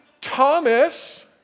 Thomas